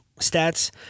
stats